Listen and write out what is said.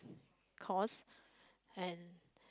course and